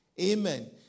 Amen